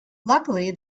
luckily